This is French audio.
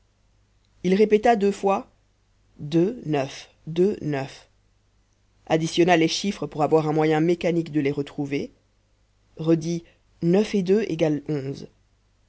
il répéta deux fois additionner les chiffres pour avoir un moyen mécanique de les retrouver redit neuf et